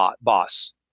boss